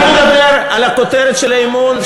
אני מדבר על הכותרת של האי-אמון,